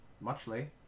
muchly